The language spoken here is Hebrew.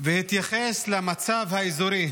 והתייחס למצב האזורי,